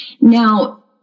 Now